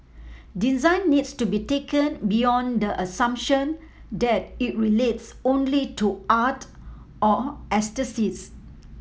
design needs to be taken beyond the assumption that it relates only to art or aesthetics